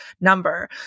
number